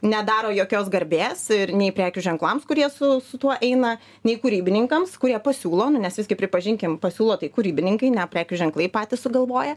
nedaro jokios garbės ir nei prekių ženklams kurie su su tuo eina nei kūrybininkams kurie pasiūlo nu nes visgi pripažinkim pasiūlo tai kūrybininkai ne prekių ženklai patys sugalvoja